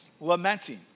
lamenting